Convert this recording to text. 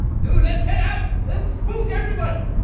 dude let's head out! let's spook everybody!